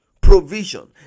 provision